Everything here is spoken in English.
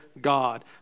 God